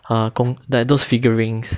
ah gong like those figurines